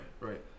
right